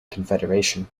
confederation